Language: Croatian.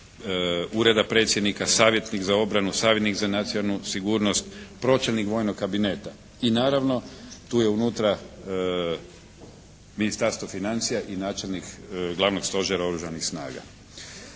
Ureda predsjednika, savjetnik za obranu, savjetnik za nacionalnu sigurnost, pročelnik Vojnog kabineta. I naravno tu je unutra Ministarstvo financija i načelnik Glavnog stožera Oružanih snaga.